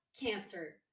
cancer